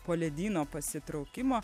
po ledyno pasitraukimo